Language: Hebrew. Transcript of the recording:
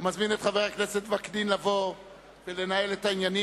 אני מזמין את חבר הכנסת וקנין לבוא ולנהל את העניינים.